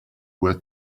worth